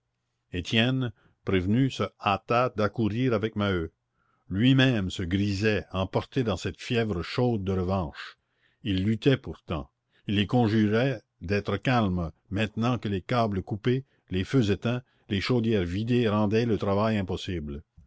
étienne prévenu se hâta d'accourir avec maheu lui-même se grisait emporté dans cette fièvre chaude de revanche il luttait pourtant il les conjurait d'être calmes maintenant que les câbles coupés les feux éteints les chaudières vidées rendaient le travail impossible